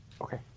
Okay